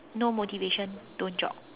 no motivation don't jog